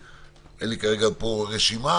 אין לי כרגע פה רשימה,